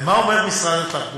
ומה אומר משרד התחבורה?